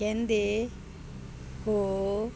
ਕਹਿੰਦੇ ਹੋ